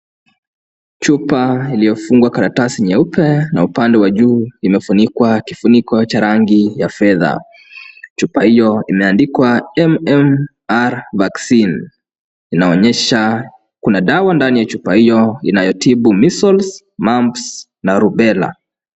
Chupa iliyofungwa karatasi nyeupe na upande wa juu imefunikwa kifuniko cha rangi ya fedha. Chupa hiyo imeandikwa MMR Vaccine. Inaonyesha kuna dawa ndani ya chupa hiyo inayotibu Measles, Mumps na Rubella.